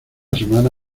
semana